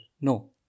No